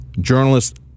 journalist